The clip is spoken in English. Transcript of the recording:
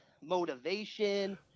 motivation